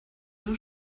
ihre